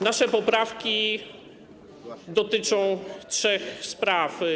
Nasze poprawki dotyczą trzech spraw.